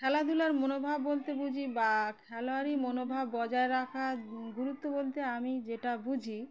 খেলাধুলার মনোভাব বলতে বুঝি বা খেলোয়াড়ই মনোভাব বজায় রাখার গুরুত্ব বলতে আমি যেটা বুঝি